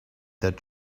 that